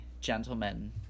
gentlemen